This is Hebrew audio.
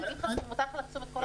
אבל אם כבר מותר לחסום את כל